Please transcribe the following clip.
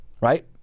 right